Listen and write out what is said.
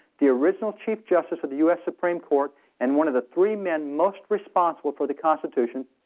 the original chief justice of the u s. supreme court and one of the three men most responsible for the constitution.